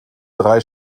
drei